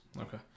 okay